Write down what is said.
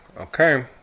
okay